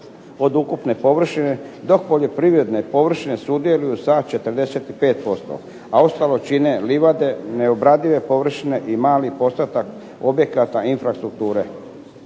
od ukupne površine, dok poljoprivredne površine sudjeluju sa 45%, a ostalo čine livade, neobradive površine i mali postotak objekata infrastrukture.